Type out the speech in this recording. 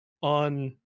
on